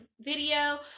video